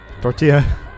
Tortilla